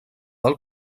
del